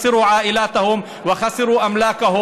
משפחותיהם ורכושם,